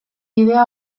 bidea